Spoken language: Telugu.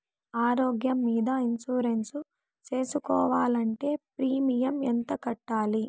ఆరోగ్యం మీద ఇన్సూరెన్సు సేసుకోవాలంటే ప్రీమియం ఎంత కట్టాలి?